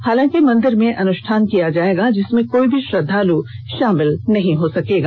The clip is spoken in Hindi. हालांकि मंदिर में अनुष्ठान किया जाएगा जिसमें कोई भी श्रद्दालु शामिल नहीं होंगे